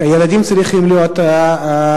כי הילדים צריכים להיות מוגנים.